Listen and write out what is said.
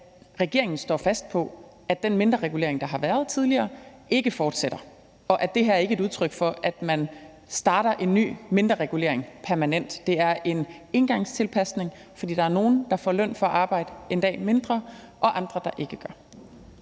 at regeringen står fast på, at den mindreregulering, der har været tidligere, ikke fortsætter, og at det her ikke er et udtryk for, at man starter en ny mindreregulering permanent. Det er en engangstilpasning, fordi der er nogle, der får løn for at arbejde en dag mere, og andre, der ikke gør.